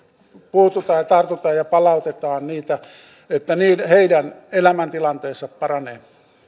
puututaan ja tartutaan ja palautetaan se niin että heidän elämäntilanteensa paranee